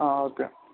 okay